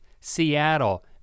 Seattle